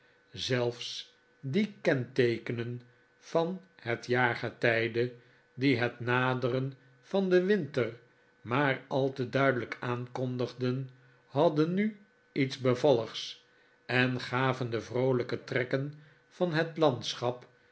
zelfs die kenteekenen van het jaargetijde die het naderen van den winter maar al te duidelijk aankondigden hadden nu iets bevalligs en gaven de vroolijke trekken van het landschap